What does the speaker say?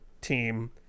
team